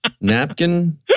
napkin